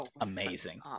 amazing